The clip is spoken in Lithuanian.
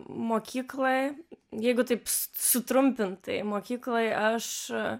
mokykloj jeigu taip sutrumpintai mokykloj aš